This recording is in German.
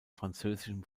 französischem